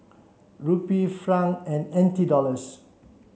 Rupee Franc and N T Dollars